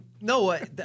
no